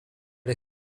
are